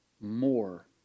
more